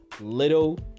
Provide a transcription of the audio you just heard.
little